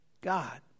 God